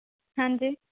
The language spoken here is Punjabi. ਹਾਂਜੀ